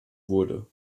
wurde